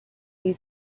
you